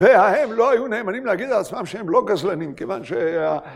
וההם לא היו נאמנים להגיד לעצמם שהם לא גזלנים, כיוון שה...